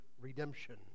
redemption